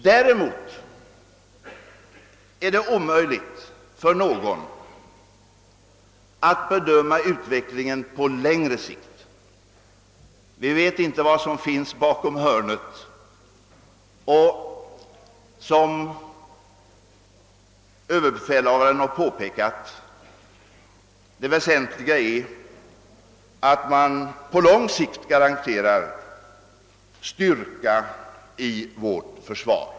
Däremot är det omöjligt för någon att bedöma utvecklingen på längre sikt. Vi vet inte vad som finns bakom hörnet. Det väsentliga är, som överbefälhavaren har påpekat, att man på lång sikt garanterar styrka i vårt försvar.